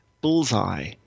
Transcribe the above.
bullseye